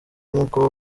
nkuko